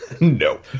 No